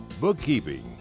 bookkeeping